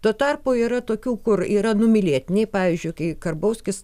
tuo tarpu yra tokių kur yra numylėtiniai pavyzdžiui kai karbauskis